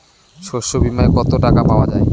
শস্য বিমায় কত টাকা পাওয়া যায়?